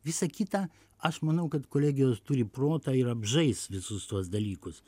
visa kita aš manau kad kolegijos turi protą ir apžaist visus tuos dalykus